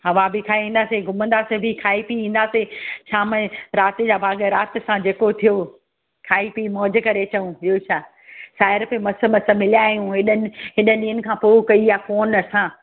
हवा बि खाईंदासे घुमंदासे बि खाई पी ईंदासे शाम ए राति जा भाॻ राति सां जेको थियो खाई पी मौज करे अचऊं ॿियो छा साहिड़प मस मस मिलिया आहियूं हेॾनि हेॾनि ॾींहनि खां पो कई आ फ़ोन असां